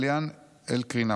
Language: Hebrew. עליאן אלקרינאוי.